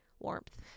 warmth